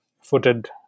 footed